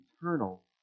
eternal